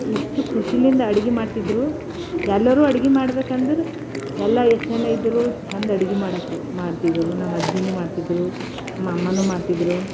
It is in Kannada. ಎಷ್ಟು ಖುಷಿಯಿಂದ ಅಡುಗೆ ಮಾಡ್ತಿದ್ರು ಎಲ್ಲರೂ ಅಡ್ಗೆ ಮಾಡ್ಬೇಕಂದ್ರೆ ಎಲ್ಲ ಎಷ್ಟು ಜನ ಇದ್ದರೂ ಚೆಂದ ಅಡ್ಗೆ ಮಾಡೋಕೆ ಮಾಡ್ತಿದ್ದರು ನಮ್ಮಜ್ಜಿಯೂ ಮಾಡ್ತಿದ್ರು ನಮ್ಮಮ್ಮನೂ ಮಾಡ್ತಿದ್ದರು